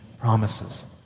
promises